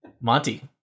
Monty